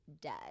dead